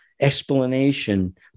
explanation